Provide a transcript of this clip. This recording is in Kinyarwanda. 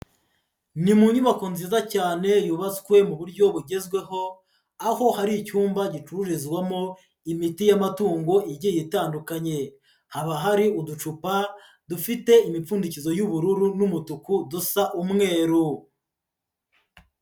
Ni mu nyubako nziza cyane yubatswe mu buryo bugezweho aho hari icyumba gicururizwamo imiti y'amatungo igiye itandukanye, haba hari uducupa dufite imipfundikizo y'ubururu n'umutuku dusa umweru.